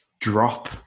drop